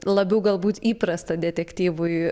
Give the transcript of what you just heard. labiau galbūt įprastą detektyvui